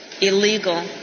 illegal